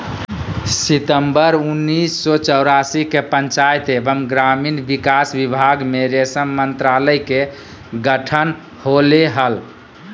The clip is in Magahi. सितंबर उन्नीस सो चौरासी के पंचायत एवम ग्रामीण विकास विभाग मे रेशम मंत्रालय के गठन होले हल,